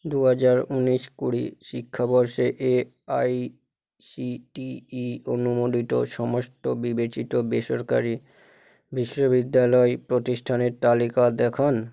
দুহাজার ঊনিশ কুড়ি শিক্ষাবর্ষে এআইসিটিই অনুমোদিত সমস্ত বিবেচিত বেসরকারি বিশ্ববিদ্যালয় প্রতিষ্ঠানের তালিকা দেখান